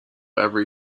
every